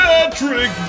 Patrick